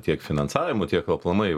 tiek finansavimu tiek aplamai